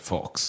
Fox